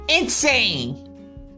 Insane